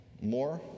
more